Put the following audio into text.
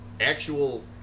actual